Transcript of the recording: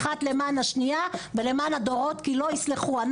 אחת למען השנייה ולמען הדורות כי לא יסלחו,